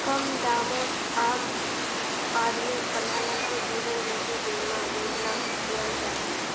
कम दामोत आम आदमीक प्रधानमंत्री जीवन ज्योति बीमा योजनाक दियाल जाहा